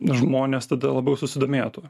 na žmonės tada labiau susidomėtų